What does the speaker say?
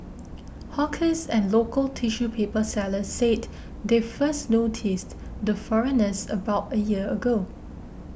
hawkers and local tissue paper sellers said they first noticed the foreigners about a year ago